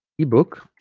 ebook